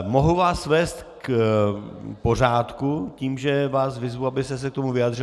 Mohu vás vést k pořádku tím, že vás vyzvu, abyste se k vyjádřili.